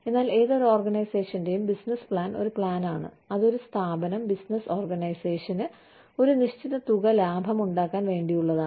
എന്നാൽ ഏതൊരു ഓർഗനൈസേഷന്റെയും ബിസിനസ് പ്ലാൻ ഒരു പ്ലാൻ ആണ് അത് ഒരു സ്ഥാപനം ബിസിനസ്സ് ഓർഗനൈസേഷന് ഒരു നിശ്ചിത തുക ലാഭം ഉണ്ടാക്കാൻ വേണ്ടിയുള്ളതാണ്